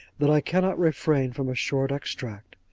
that i cannot refrain from a short extract.